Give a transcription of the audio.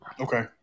Okay